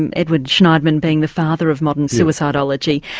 and edwin shneidman being the father of modern suicidology.